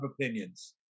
opinions